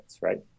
right